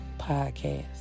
podcast